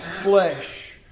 flesh